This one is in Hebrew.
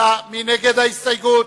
מי נגד ההסתייגות?